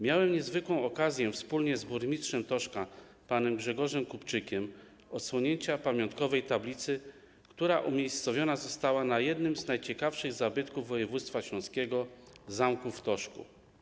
Miałem niezwykłą okazję wspólnie z burmistrzem Toszka panem Grzegorzem Kupczykiem odsłonięcia pamiątkowej tablicy, która została umiejscowiona na jednym z najciekawszych zabytków województwa śląskiego, zamku w Toszku.